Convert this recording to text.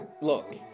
look